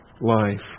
life